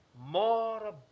more